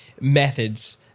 methods